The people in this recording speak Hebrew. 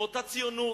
מאותה ציונות,